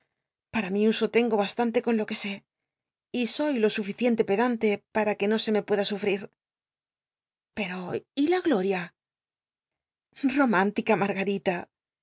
ra mi uso tengo bastante con lo uc sé y soy lo suficiente pedante para que no se me pueda sul'rit pero y la glol'ia romántica margarita